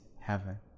heaven